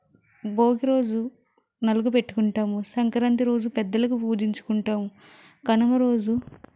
భోగి రోజు నలుగు పెట్టుకుంటాము సంక్రాంతి రోజు పెద్దలకు పూజించుకుంటాము కనుమ రోజు